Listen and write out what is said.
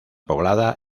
poblada